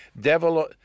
Devil